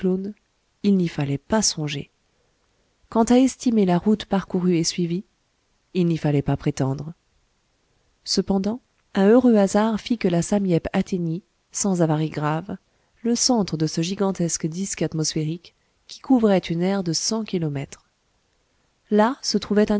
il n'y fallait pas songer quant à estimer la route parcourue et suivie il n'y fallait pas prétendre cependant un heureux hasard fit que la sam yep atteignit sans avaries graves le centre de ce gigantesque disque atmosphérique qui couvrait une aire de cent kilomètres là se trouvait